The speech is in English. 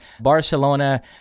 Barcelona